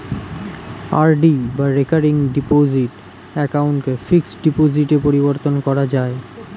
RD বা recurring deposit অ্যাকাউন্টকে fixed ডিপোজিটে পরিবর্তন করা যায়